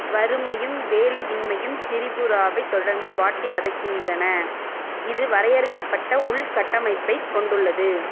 வறுமையும் வேலையின்மையும் திரிபுராவை தொடர்ந்து வாட்டி வதைக்கின்றன இது வரையறுக்கப்பட்ட உள்கட்டமைப்பைக் கொண்டுள்ளது